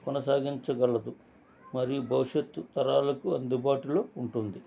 కొనసాగించగలదు మరియు భవిష్యత్తు తరాలకు అందుబాటులో ఉంటుంది